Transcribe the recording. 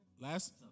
Last